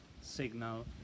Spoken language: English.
signal